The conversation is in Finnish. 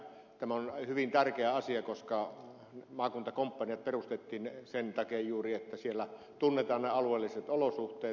tämä on hyvin tärkeä asia koska maakuntakomppaniat perustettiin juuri sen takia että siellä tunnetaan ne alueelliset olosuhteet